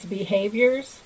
behaviors